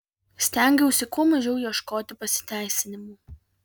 stengiausi kuo mažiau ieškoti pasiteisinimų